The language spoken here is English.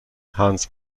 hans